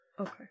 okay